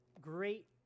great